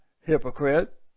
hypocrite